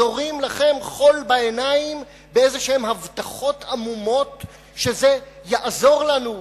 זורים לכם חול בעיניים בהבטחות עמומות כלשהן שזה יעזור לנו.